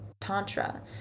tantra